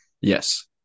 Yes